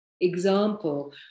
example